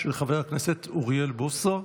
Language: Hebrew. של חבר הכנסת אוריאל בוסו.